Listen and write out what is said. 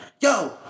yo